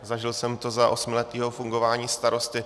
Zažil jsem to za osmiletého fungování starosty.